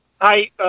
Hi